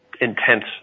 intense